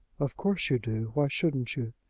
of course you do why shouldn't you?